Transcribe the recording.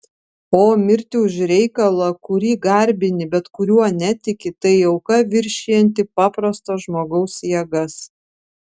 o mirti už reikalą kurį garbini bet kuriuo netiki tai auka viršijanti paprasto žmogaus jėgas